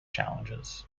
challenges